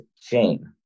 chain